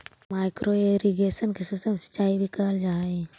micro irrigation के सूक्ष्म सिंचाई भी कहल जा हइ